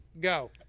Go